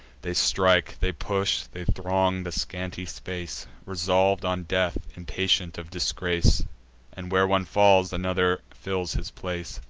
they strike, they push, they throng the scanty space, resolv'd on death, impatient of disgrace and, where one falls, another fills his place.